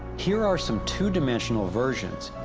here are some two-dimensional versions,